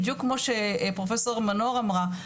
בדיוק כמו שפרופ' מנור אמרה,